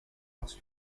parce